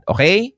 Okay